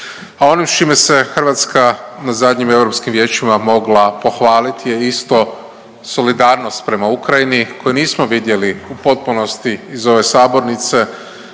A ono s čime se Hrvatska na zadnjim europskim vijeća mogla pohvalit je isto solidarnost prema Ukrajini koju nismo vidjeli u potpunosti iz ove sabornice